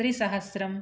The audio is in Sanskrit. त्रिसहस्रम्